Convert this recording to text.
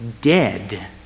dead